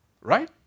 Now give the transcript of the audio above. Right